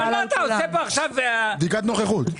אתה עושה פה עכשיו --- בדיקת נוכחות.